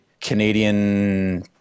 Canadian